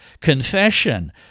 Confession